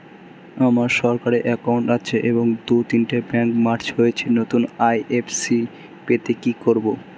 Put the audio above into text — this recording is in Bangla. আমার সরকারি একাউন্ট আছে এবং দু তিনটে ব্যাংক মার্জ হয়েছে, নতুন আই.এফ.এস.সি পেতে কি করব?